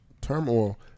turmoil